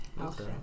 okay